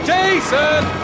Jason